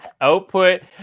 output